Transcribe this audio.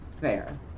Fair